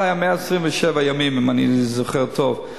אז היו 127 ימים, אם אני זוכר טוב.